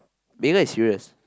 Megan is serious